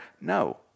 no